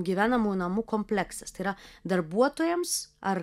gyvenamųjų namų kompleksas tai yra darbuotojams ar